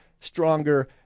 stronger